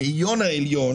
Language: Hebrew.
המאיון העליון